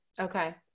Okay